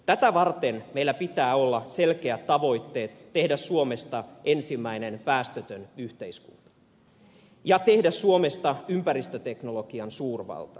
tätä varten meillä pitää olla selkeät tavoitteet tehdä suomesta ensimmäinen päästötön yhteiskunta ja tehdä suomesta ympäristöteknologian suurvalta